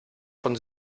von